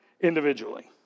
individually